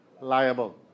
liable